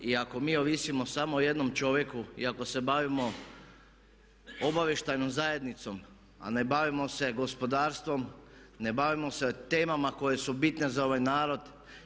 I ako mi ovisimo o samo jednom čovjeku i ako se bavimo obavještajnom zajednicom a ne bavimo se gospodarstvom, ne bavimo se temama koje su bitne za ovaj narod.